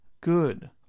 good